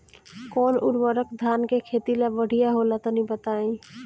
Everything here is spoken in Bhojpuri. कौन उर्वरक धान के खेती ला बढ़िया होला तनी बताई?